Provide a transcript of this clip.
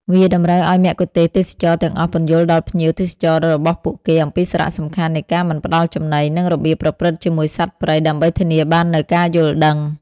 វាតម្រូវឱ្យមគ្គុទ្ទេសក៍ទេសចរណ៍ទាំងអស់ពន្យល់ដល់ភ្ញៀវទេសចររបស់ពួកគេអំពីសារៈសំខាន់នៃការមិនផ្តល់ចំណី និងរបៀបប្រព្រឹត្តជាមួយសត្វព្រៃ ដើម្បីធានាបាននូវការយល់ដឹង។